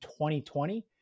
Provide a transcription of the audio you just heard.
2020